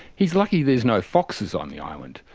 he's lucky there's no foxes on the island,